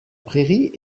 prairie